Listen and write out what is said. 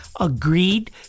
agreed